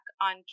on